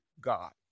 God